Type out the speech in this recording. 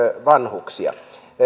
vanhuksia